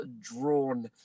drawn